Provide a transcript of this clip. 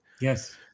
yes